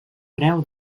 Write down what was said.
creu